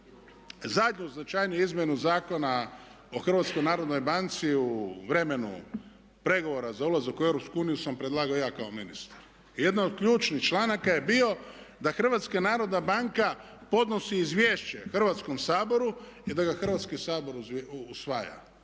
zdanju značajniju izmjenu Zakona o Hrvatskoj narodnoj banci u vremenu pregovora za ulazak u Europsku uniju sam predlagao ja kao ministar. I jedan od ključnih članaka je bio da HNB podnosi izvješće Hrvatskom saboru i da ga Hrvatski sabor usvaja.